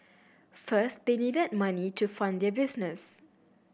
first they needed money to fund their business